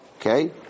Okay